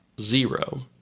zero